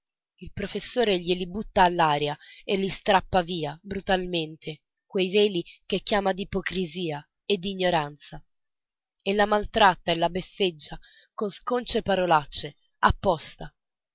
il professore glieli butta all'aria e li strappa via brutalmente quei veli che chiama d'ipocrisia e d'ignoranza e la maltratta e la beffeggia con sconce parolacce apposta